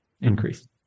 increase